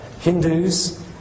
Hindus